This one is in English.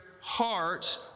heart